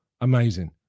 amazing